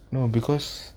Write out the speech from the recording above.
no because